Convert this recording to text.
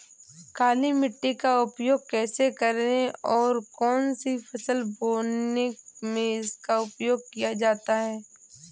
काली मिट्टी का उपयोग कैसे करें और कौन सी फसल बोने में इसका उपयोग किया जाता है?